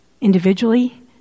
individually